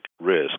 risk